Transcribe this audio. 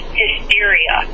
hysteria